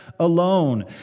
Alone